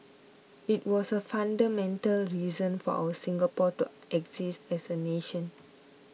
it was the fundamental reason for our Singapore to exist as a nation